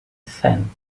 cent